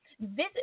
visit